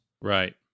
Right